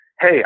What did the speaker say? Hey